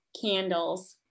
Candles